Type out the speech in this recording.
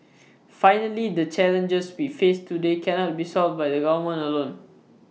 finally the challenges we face today cannot be solved by the government alone